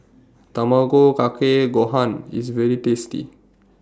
Tamago Kake Gohan IS very tasty